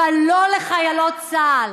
אבל לא לחיילות צה"ל.